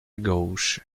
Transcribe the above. gauche